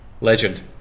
Legend